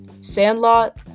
Sandlot